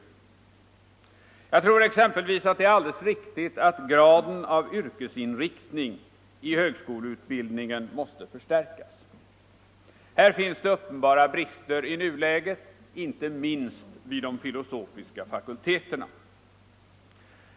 Jag tror exempelvis att det är alldeles riktigt att yrkesanknytningen i högskoleutbildningen måste förstärkas. Här finns det uppenbara brister i nuläget, inte minst vid de filosofiska fakulteterna.